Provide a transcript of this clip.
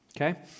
okay